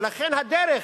ולכן, הדרך,